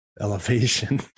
elevation